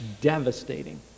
devastating